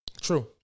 True